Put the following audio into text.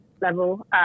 level